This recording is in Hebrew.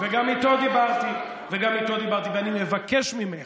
ולכן, אתה תיתן לי שמות, ואני אתן לך שמות.